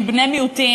עם בני מיעוטים.